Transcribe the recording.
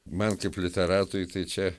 man kaip literatui tai čia